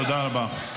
תודה רבה.